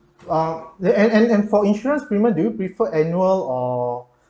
um the and and and for insurance premium do prefer annual or